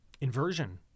Inversion